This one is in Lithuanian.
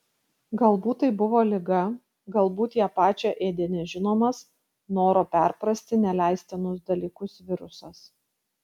galbūt tai buvo liga galbūt ją pačią ėdė nežinomas noro perprasti neleistinus dalykus virusas